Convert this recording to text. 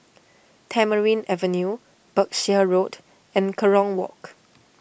Tamarind Avenue Berkshire Road and Kerong Walk